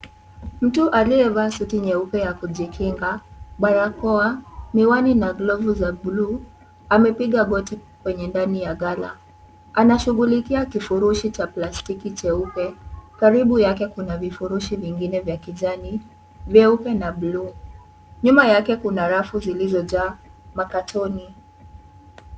Mtu aliyevaa suti nyeupe ya kujikinga, barakoa, miwani na glovu za bluu, amepiga goti kwenye ndani ya ghala. Anashughulikia kifurushi cha plastiki cheupe, karibu yake kuna vifurushi vingine vya kijani, vyeupe na bluu. Nyuma yake kuna rafu zilizojaa makatoni.